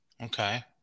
Okay